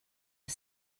are